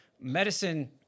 medicine